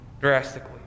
drastically